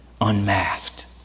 unmasked